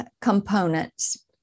components